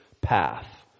path